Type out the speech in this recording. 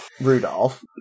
Rudolph